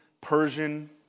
Persian